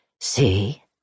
See